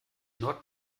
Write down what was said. nord